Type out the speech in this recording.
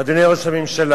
אדוני ראש הממשלה,